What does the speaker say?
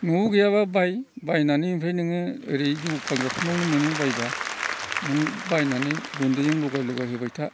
न'आव गैयाब्ला बाय बायनानै ओमफ्राय नोङो ओरै जौ फानग्राफोरनावनो मोनो बायब्ला नों बायनानै गुन्दैजों लगाय लगाय होबाय था